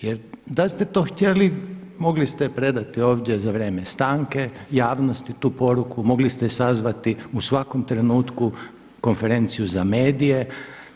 Jer da ste to htjeli mogli ste predati ovdje za vrijeme stanke javnosti tu poruku, mogli ste sazvati u svakom trenutku konferenciju za medije.